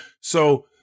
So-